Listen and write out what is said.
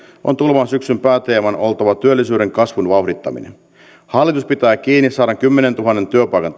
on tulevan syksyn pääteeman oltava työllisyyden kasvun vauhdittaminen hallitus pitää kiinni sadankymmenentuhannen työpaikan